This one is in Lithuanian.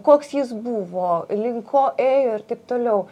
koks jis buvo link ko ėjo ir taip toliau